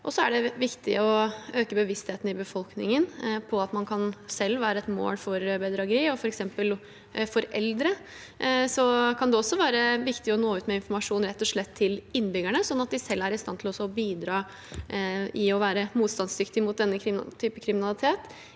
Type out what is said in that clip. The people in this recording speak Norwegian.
Det er også viktig å øke bevisstheten i befolkningen om at man selv kan være et mål for bedrageri, f.eks. eldre. Det kan også være viktig å nå ut med informasjon til innbyggerne, sånn at de selv er i stand til å bidra og være motstandsdyktige mot slik kriminalitet